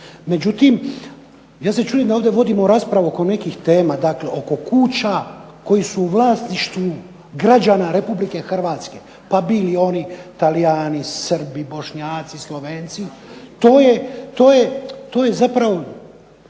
Međutim, ja se čudim da ovdje vodimo raspravu oko nekih tema, dakle oko kuća koji su u vlasništvu građana Republike Hrvatske, pa bili oni TAlijani, Srbi, Bošnjaci, Slovenci, to je zapravo